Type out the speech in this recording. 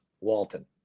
Walton